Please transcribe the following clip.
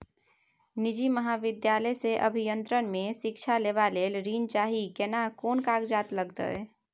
निजी महाविद्यालय से अभियंत्रण मे शिक्षा लेबा ले ऋण चाही केना कोन कागजात लागतै?